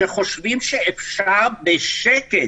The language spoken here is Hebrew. שחושבים שאפשר בשקט